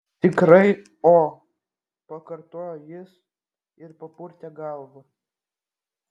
tikrai o pakartojo jis ir papurtė galvą